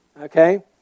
okay